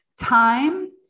time